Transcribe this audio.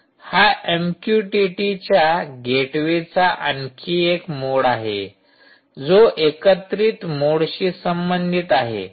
हा एमक्यूटीटीच्या गेटवेचा आणखी एक मोड आहे जो एकत्रित मोडशी संबंधित आहे